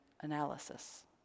analysis